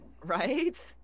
Right